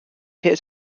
his